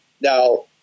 Now